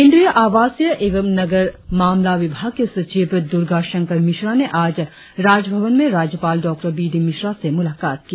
केंद्रीय आवासीय एवं नगर मामला विभाग के सचिव दुर्गा शंकर मिश्रा ने आज राजभवन में राज्यपाल डॉ बी डी मिश्रा से मुलाकात की